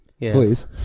please